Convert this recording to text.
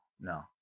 No